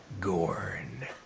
Gorn